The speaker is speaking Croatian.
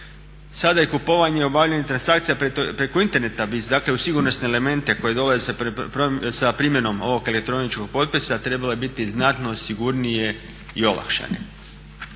Sada je kupovanje i obavljanje transakcija preko interneta, dakle u sigurnosne elemente koje dolaze sa primjenom ovog elektroničkog potpisa trebale biti znatno sigurnije i olakšane.